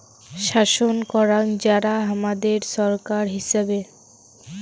শাসন করাং যারা হামাদের ছরকার হিচাবে